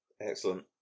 Excellent